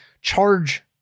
charge